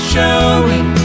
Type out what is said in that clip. Showing